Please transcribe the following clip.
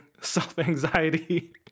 self-anxiety